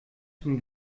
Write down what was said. zum